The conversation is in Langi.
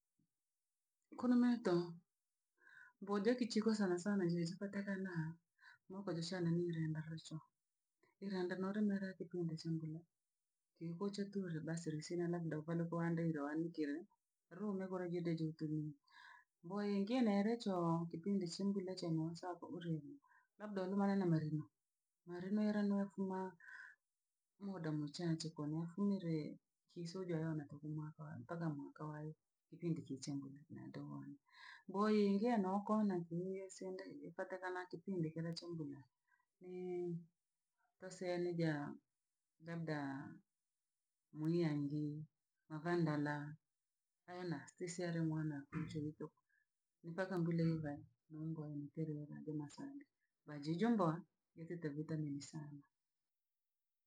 Kunu miito ngoo ja kichiko sana sana sizipatikana mo kojeshana nirenda hashjo, irenda noro na la kipindi cha nguro ke koo chature basi lesing'a labda uvalukowandinga uanikere. Runga golajide jing'ntumie, mboyeingi nelechoo kipindi she mbula chenye usako ulebhe labda nu mari na marima, marimera na fuma muda muchache komufumile kisoja yao nataka mwaka mpaka mwaka wayo kipindi kichengule na ndohole. Mboyeingi anaokoa natumia esindege haata kama kipindi kinachomduma nii pasee nigeha labda mwihangi avandara aena stesheri mona choroko mpaka muleba nuungwa muterelage masaga bajijumbo jatite vitamini sana.